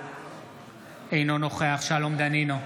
אינו נוכח שלום דנינו,